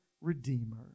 Redeemer